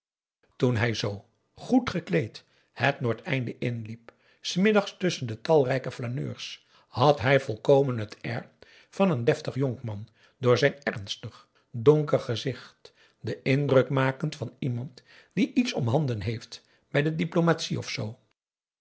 toen hij zoo goed gekleed het noordeinde inliep s middags tusschen de talrijke flaneurs had hij volkomen het air van een deftig jonkman door zijn ernstig donker gezicht den indruk makend van iemand die iets omhanden heeft bij de diplomatie of